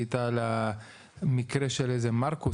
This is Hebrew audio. שם מתרשם שזה לא בן אדם עם סכנת השתקעות,